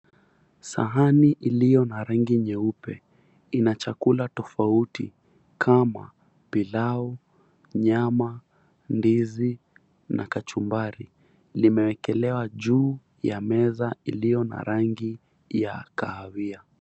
Sahani iliyo na rangi nyeupe ina chakula tofauti kama, pilau, nyama, ndizi na kachumbari. Limewekelewa juu ya meza iliyo na rangi ya kahawia.